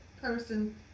person